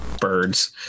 birds